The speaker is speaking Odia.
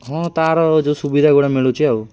ହଁ ତାର ଯେଉଁ ସୁବିଧା ଗୁଡ଼ା ମିଳୁଛି ଆଉ